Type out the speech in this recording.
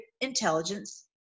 intelligence